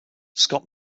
scott